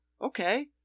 okay